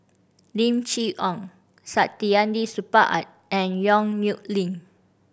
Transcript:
Lim Chee Onn Saktiandi Supaat and Yong Nyuk Lin